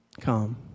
come